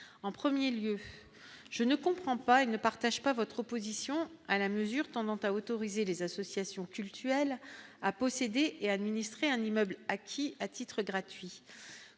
en 1er lieu je ne comprends pas, il ne partage pas votre opposition à la mesure tendant a autorisé les associations cultuelles à posséder et administrer un immeuble acquis à titre gratuit,